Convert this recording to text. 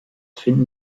finden